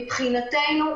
מבחינתנו,